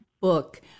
book